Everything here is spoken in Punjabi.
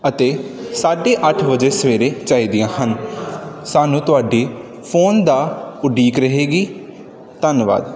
ਅਤੇ ਸਾਢੇ ਅੱਠ ਵਜੇ ਸਵੇਰੇ ਚਾਹੀਦੀਆਂ ਹਨ ਸਾਨੂੰ ਤੁਹਾਡੀ ਫੋਨ ਦਾ ਉਡੀਕ ਰਹੇਗੀ ਧੰਨਵਾਦ